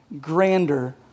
grander